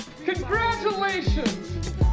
Congratulations